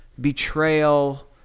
betrayal